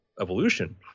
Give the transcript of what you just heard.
evolution